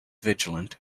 vigilant